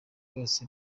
bose